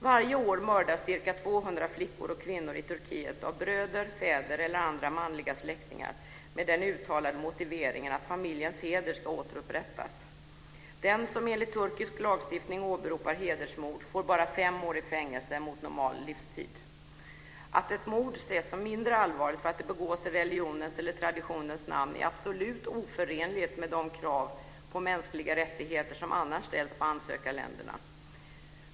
Varje år mördas ca 200 flickor och kvinnor i Turkiet av bröder, fäder eller andra manliga släktingar med den uttalade motiveringen att familjens heder ska återupprättas. Den som enligt turkisk lagstiftning åberopar hedersmord får bara fem år i fängelse mot normalt livstid. Att ett mord ses som mindre allvarligt för att det begås i religionens eller traditionens namn är absolut oförenligt med de krav på mänskliga rättigheter som annars ställs på ansökarländerna.